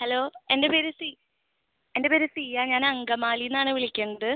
hello എൻ്റെ പേര് സി എൻ്റെ പേര് സിയ ഞാൻ അങ്കമാലിയിൽ നിന്നാണ് വിളിക്കുന്നത്